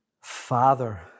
Father